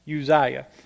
Uzziah